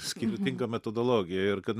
skirtinga metodologija ir kad